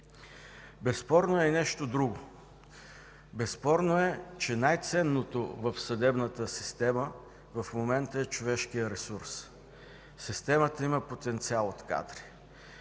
Безспорно е и нещо друго – че най-ценното в съдебната система в момента е човешкият ресурс. Системата има потенциал от кадри.